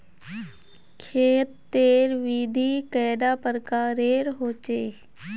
खेत तेर विधि कैडा प्रकारेर होचे?